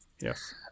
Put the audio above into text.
Yes